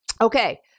Okay